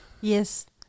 yes